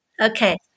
Okay